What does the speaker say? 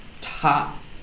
top